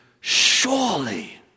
surely